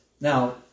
Now